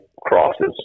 crosses